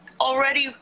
already